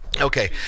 okay